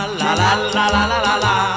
la-la-la-la-la-la-la